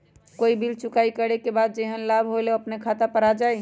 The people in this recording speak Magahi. कोई बिल चुकाई करे के बाद जेहन लाभ होल उ अपने खाता पर आ जाई?